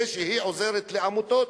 זה שהיא עוזרת לעמותות.